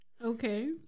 Okay